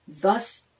Thus